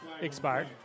expired